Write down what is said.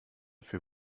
für